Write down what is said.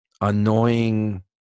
annoying